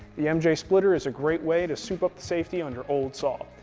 the mj splitter is a great way to soup up the safety on your old saw.